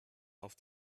auf